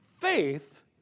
faith